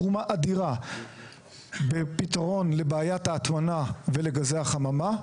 תרומה אדירה בפתרון לבעיית ההטמנה ולגזי החממה,